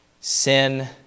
sin